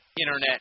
internet